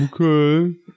okay